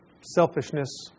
selfishness